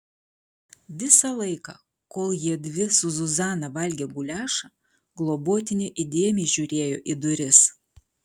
visą laiką kol jiedvi su zuzana valgė guliašą globotinė įdėmiai žiūrėjo į duris